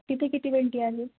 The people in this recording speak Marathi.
किती किती वेंटी आले